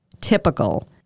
typical